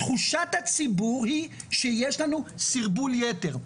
תחושת הציבור היא שיש לנו סרבול יתר,